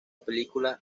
película